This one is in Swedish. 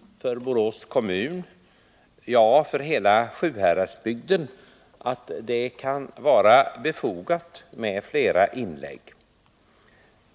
och för Borås kommun, ja, för hela Sjuhäradsbygden, att det kan vara befogat med flera inlägg.